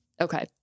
okay